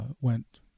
went